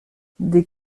des